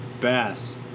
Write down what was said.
Bass